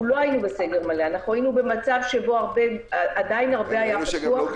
היינו במצב שבו עדיין הרבה היה פתוח,